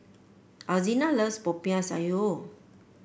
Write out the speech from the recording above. Alzina loves Popiah Sayur